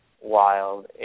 wild